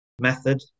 method